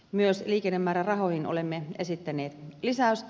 myös liikennemäärärahoihin olemme esittäneet lisäystä